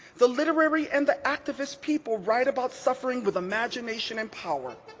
the literary and the activist people write about suffering with imagination and power.